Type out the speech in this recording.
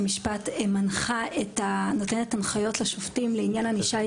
המשפט מנחים את השופטים לעניין ענישה.